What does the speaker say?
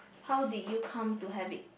how did you come to have it